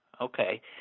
Okay